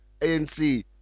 ANC